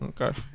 Okay